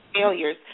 failures